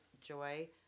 joy